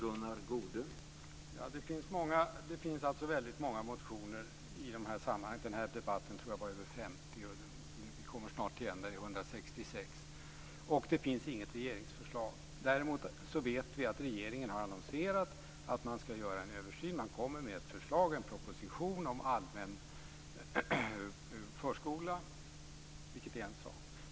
Herr talman! Det finns många motioner i de här sammanhangen. I den här debatten tror jag att det var över 50 motioner. Vi kommer snart till en debatt där det är 166. Det finns inte heller något regeringsförslag. Däremot vet vi att regeringen har annonserat att man skall göra en översyn. Man kommer med ett förslag, en proposition om allmän förskola, vilket är en sak.